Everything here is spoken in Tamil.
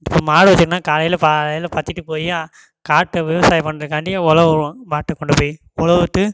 இப்போ மாடு வச்சிருக்கேன்னால் காலையில் பா காலையில் பத்திக்கு போய் காட்டில் விவசாயம் பண்ணுறதுக்காண்டி ஒழவ விடுவோம் மாட்ட கொண்டு போய் ஒழவு விட்டு